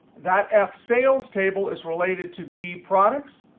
that f sales table is related to d products.